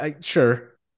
Sure